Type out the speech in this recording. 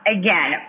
Again